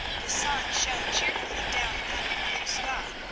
the sun shone cheerfully down out of the blue sky,